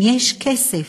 אם יש כסף,